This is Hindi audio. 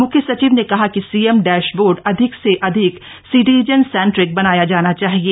मुख्य सचिव ने कहा कि सीएम डैशबोर्ड अधिक से अधिक सिटिजन सेंट्रिक बनाया जाना चाहिए